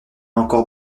encore